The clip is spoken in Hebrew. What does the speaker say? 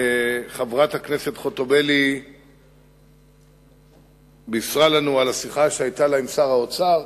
חברת הכנסת חוטובלי בישרה לנו על השיחה שהיתה לה עם שר האוצר,